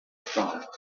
style